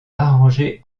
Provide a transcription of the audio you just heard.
arrangé